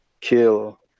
kill